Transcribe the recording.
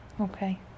Okay